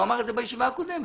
הוא אמר את זה בישיבה הקודמת,